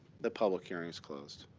the public hearing's closed.